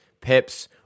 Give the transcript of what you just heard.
Pips